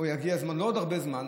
לא עוד הרבה זמן,